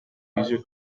user